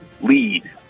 lead